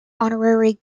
honorary